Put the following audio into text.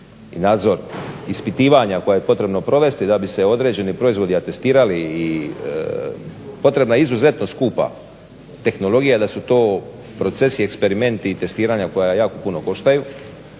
i nadzor ispitivanja koje je potrebno provesti da bi se određeni proizvodi atestirali, potrebna je izuzetno skupa tehnologija da su to procesi, eksperimenti i testiranja koja jako puno koštaju.